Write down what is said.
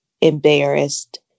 embarrassed